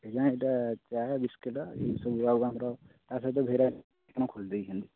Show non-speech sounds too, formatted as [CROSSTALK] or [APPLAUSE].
କିଛି ନାଇଁ ଏଇଟା ଚା ବିସ୍କେଟ୍ ଇଏ ସବୁ ଆଉ ଆମର ତା' ସହିତ ଭେରାଇଟି [UNINTELLIGIBLE] କ'ଣ ଖୋଲି ଦେଇଛନ୍ତି